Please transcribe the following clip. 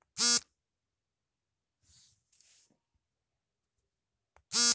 ರಾಗಿಯು protein carbohydrates calcium ಖನಿಜಾಂಶಗಳನ್ನು ಹೊಂದಿದ್ದು ದೇಹಕ್ಕೆ ಉತ್ತಮ ಆಹಾರವಾಗಿದೆ